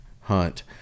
hunt